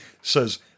says